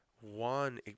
one